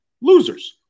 losers